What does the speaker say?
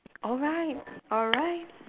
alright alright